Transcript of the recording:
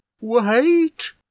Wait